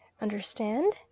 Understand